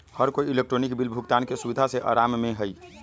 हर कोई electronic bill भुगतान के सुविधा से आराम में हई